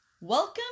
welcome